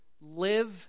live